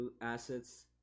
assets